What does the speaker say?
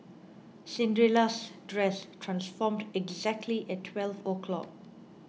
Cinderella's dress transformed exactly at twelve o' clock